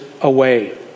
away